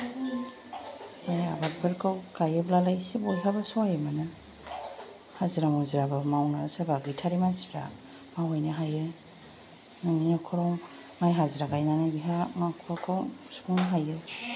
बे आबादफोरखौ गायोबालाय एसे बाबो सहाय मोनो हाजिरा मुजिराब्लाबो मावनो सोरबा गैथारै मानसिफ्रा मावहैनो हायो न'खराव हाजिरा गायनानै बेहा न'खरखौ सुफुंनो हायो